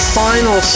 final